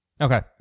Okay